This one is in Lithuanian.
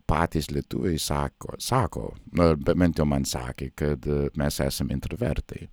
patys lietuviai sako sako na bent jau man sakė kad mes esame intravertai